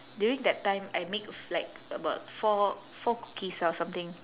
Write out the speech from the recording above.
during that time I make like about four four cookies ah or something